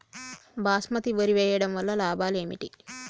బాస్మతి వరి వేయటం వల్ల లాభాలు ఏమిటి?